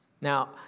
Now